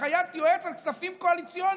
הנחיות יועץ על כספים קואליציוניים.